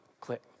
click